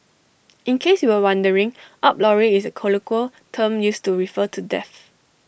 in case you were wondering up lorry is A colloquial term used to refer to death